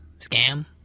scam